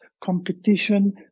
competition